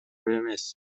эмес